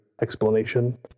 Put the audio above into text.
explanation